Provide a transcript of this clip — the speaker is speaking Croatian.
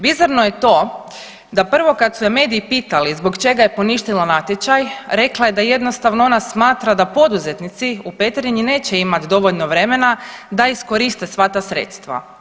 Bizarno je to da prvo kad su je mediji pitali zbog čega je poništila natječaj rekla je da jednostavno ona smatra da poduzetnici u Petrinji neće imat dovoljno vremena da iskoriste sva ta sredstva.